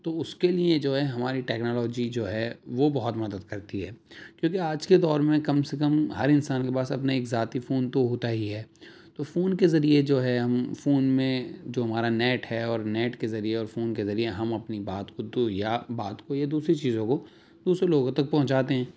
تو اس کے لیے جو ہے ہماری ٹیکنالوجی جو ہے وہ بہت مدد کرتی ہے کیونکہ آج کے دور میں کم سے کم ہر انسان کے پاس اپنا ایک ذاتی فون تو ہوتا ہی ہے تو فون کے ذریعے جو ہے ہم فون میں جو ہمارا نیٹ ہے اور نیٹ کے ذریعے اور فون کے ذریعے ہم اپنی بات کو تو یا بات کو یا دوسری چیزوں کو دوسرے لوگوں تک پہنچاتے ہیں